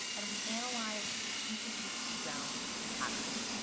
and we analyzed each of these speed rounds for patterns.